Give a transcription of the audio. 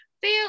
feel